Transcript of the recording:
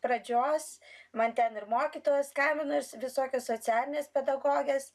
pradžios man ten ir mokytojos skambino visokios socialinės pedagogės